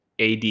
AD